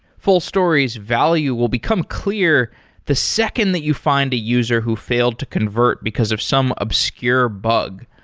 fullstory's value will become clear the second that you find a user who failed to convert because of some obscure bug.